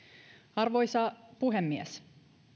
arvoisa puhemies